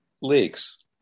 leaks